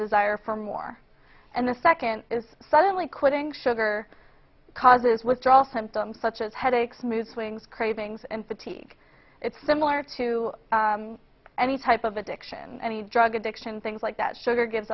desire for more and the second is suddenly quitting sugar causes withdrawal symptoms such as headaches mood swings cravings and fatigue it's similar to any type of addiction any drug addiction things like that sugar gives